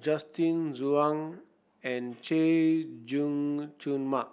Justin Zhuang and Chay Jung Jun Mark